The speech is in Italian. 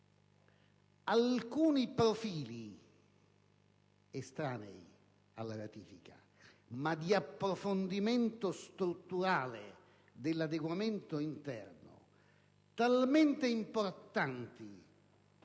alcuni profili estranei alla ratifica, ma di approfondimento strutturale dell'adeguamento interno, talmente importanti